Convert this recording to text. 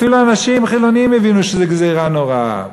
אפילו אנשים חילונים הבינו שזו גזירה נוראה.